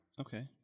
okay